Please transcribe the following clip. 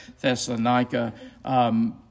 Thessalonica